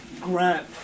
Grant